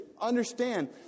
understand